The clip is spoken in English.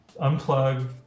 unplug